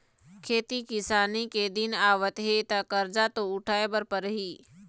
खेती किसानी के दिन आवत हे त करजा तो उठाए बर परही